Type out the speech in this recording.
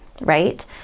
right